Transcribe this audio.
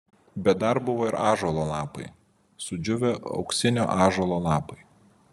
bet dar buvo ir ąžuolo lapai sudžiūvę auksinio ąžuolo lapai